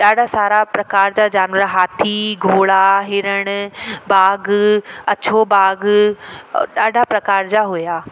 ॾाढा सारा प्रकार जा जानवर हाथी घोड़ा हिरण बाघ अछो बाघ ॾाढा प्रकार जा हुआ